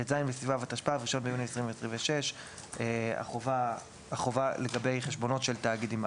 ט"ז בסיוון התשפ"ו (1 ביוני 2026). החובה לגבי חשבונות של תאגידים.